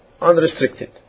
unrestricted